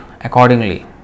accordingly